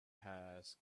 has